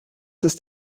ist